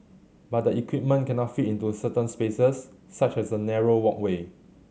but the equipment cannot fit into certain spaces such as a narrow walkway